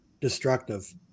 destructive